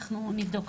אנחנו נבדוק,